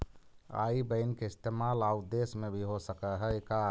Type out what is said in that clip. आई बैन के इस्तेमाल आउ देश में भी हो सकऽ हई का?